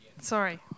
Sorry